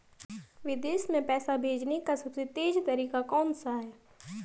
विदेश में पैसा भेजने का सबसे तेज़ तरीका कौनसा है?